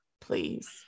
Please